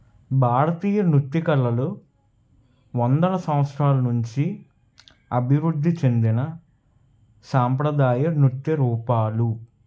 భారతీయ నృత్య కళలు వందల సంవత్సరాల నుంచి అభివృద్ధి చెందిన సాంప్రదాయ నృత్య రూపాలు